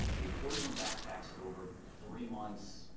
the forty one backpacks over three months